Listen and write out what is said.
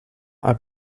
are